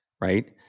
right